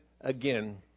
again